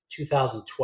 2012